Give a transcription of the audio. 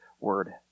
word